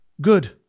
Good